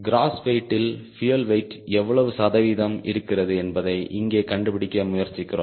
cross வெயிடில் fuel weight எவ்வளவு சதவீதம் இருக்கிறது என்பதை இங்கே கண்டுபிடிக்க முயற்சிக்கிறோம்